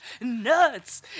nuts